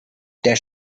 der